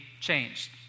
changed